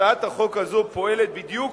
הצעת החוק הזאת פועלת בדיוק